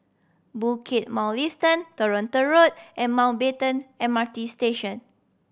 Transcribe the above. Bukit Mugliston Toronto Road and Mountbatten M R T Station